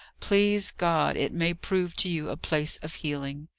please god, it may prove to you a place of healing!